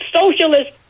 socialist